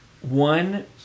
one